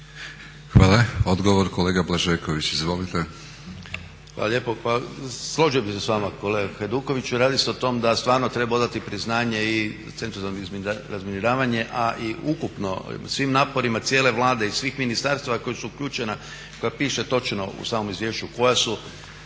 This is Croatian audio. Hvala. Odgovor kolega Blažeković, izvolite. **Blažeković, Boris (HNS)** Hvala lijepo, pa složio bih se s vama kolega Hajduković. Radi se o tome da stvarno treba odati priznanje i Centru za razminiravanje a i ukupno svim naporima cijele Vlade iz svih ministarstva koja su uključena koja piše točno u samom izvješću koja su